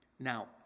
Now